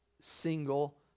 single